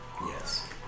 Yes